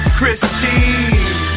Christine